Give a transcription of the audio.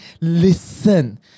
listen